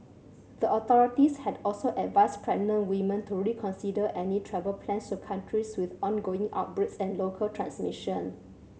the authorities had also advised pregnant women to reconsider any travel plans to countries with ongoing outbreaks and local transmission